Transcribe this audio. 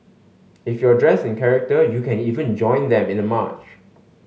if you're dressed in character you can even join them in the march